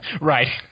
Right